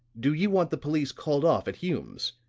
do you want the police called off at hume's?